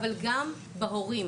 אבל גם בהורים.